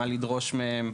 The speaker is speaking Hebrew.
מה לדרוש מהן.